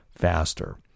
faster